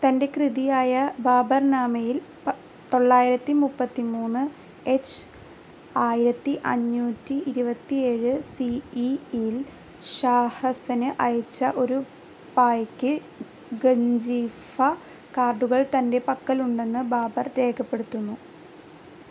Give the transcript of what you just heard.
തൻ്റെ കൃതിയായ ബാബർനാമയിൽ തൊള്ളായിരത്തി മുപ്പത്തി മൂന്ന് എച്ച് ആയിരത്തി അഞ്ഞൂറ്റി ഇരുപത്തി ഏഴ് സി ഇൽ ഷാ ഹസ്സന് അയച്ച ഒരു പായ്ക്ക് ഗഞ്ചിഫ കാർഡുകൾ തൻ്റെ പക്കലുണ്ടെന്ന് ബാബർ രേഖപ്പെടുത്തുന്നു